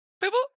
people